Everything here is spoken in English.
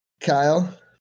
Kyle